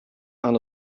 aan